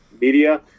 media